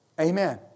Amen